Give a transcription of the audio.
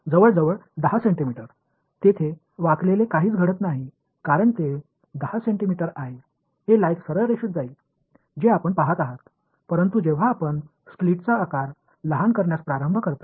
जवळजवळ 10 सेंटीमीटर तेथे वाकलेले काहीच घडत नाही कारण ते 10 सेंटीमीटर आहे हे लाईट सरळ रेषेत जाईल जे आपण पाहत आहात परंतु जेव्हा आपण स्लिटचा आकार लहान करण्यास प्रारंभ करता